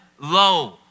low